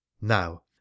now